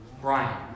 Brian